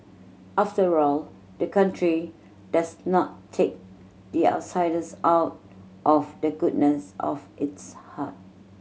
after all the country does not take the outsiders out of the goodness of its heart